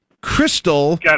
Crystal